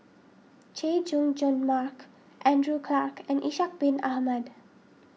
Chay Jung Jun Mark Andrew Clarke and Ishak Bin Ahmad